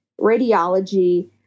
radiology